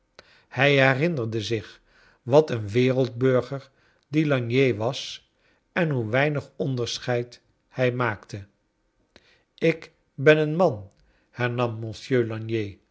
hij herinnerde zich wat een wereldburger die lagnier was en hoe weinig onderscheid hij maakte ik ben een man